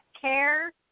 care